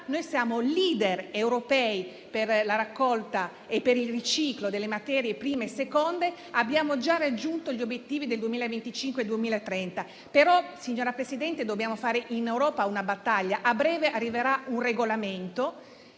siamo *leader* europei per la raccolta e il riciclo delle materie prime e seconde: abbiamo già raggiunto gli obiettivi del 2025 e del 2030. In Europa però, signora Presidente, dobbiamo fare una battaglia: a breve arriverà un regolamento